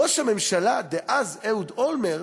ראש הממשלה דאז אהוד אולמרט,